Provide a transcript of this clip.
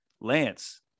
Lance